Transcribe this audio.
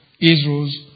Israel's